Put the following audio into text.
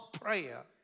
prayer